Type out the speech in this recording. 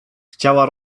chciała